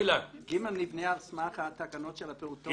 ש-(ג) נבנה על סמך התקנות של הפעוטות,